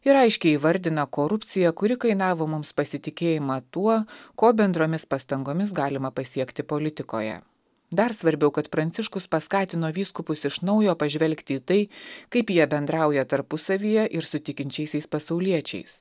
ir aiškiai įvardina korupciją kuri kainavo mums pasitikėjimą tuo ko bendromis pastangomis galima pasiekti politikoje dar svarbiau kad pranciškus paskatino vyskupus iš naujo pažvelgti į tai kaip jie bendrauja tarpusavyje ir su tikinčiaisiais pasauliečiais